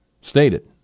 stated